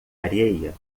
areia